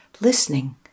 listening